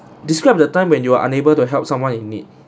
describe the time when you are unable to help someone in need